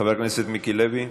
חבר הכנסת מיקי לוי,